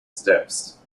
steps